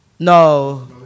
No